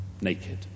naked